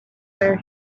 where